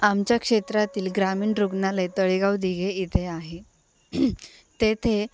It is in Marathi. आमच्या क्षेत्रातील ग्रामीण रुग्णालय तळेगाव दिघे इथे आहे तेथे